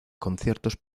conciertos